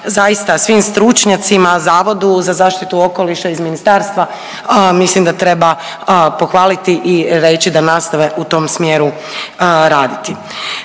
zaista svim stručnjacima, Zavodu za zaštitu okoliša iz ministarstva mislim da treba pohvaliti i reći da nastave u tom smjeru raditi.